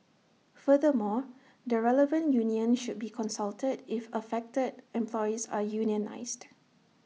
furthermore the relevant union should be consulted if affected employees are unionised